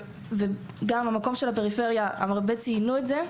גם מהמקום של הפריפריה, הרבה ציינו את זה,